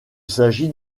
s’agit